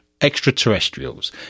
extraterrestrials